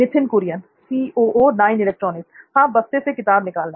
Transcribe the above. नित्थिन कुरियन हां बस्ते से किताब निकालना